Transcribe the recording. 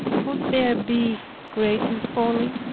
could there be greater folly?